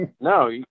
No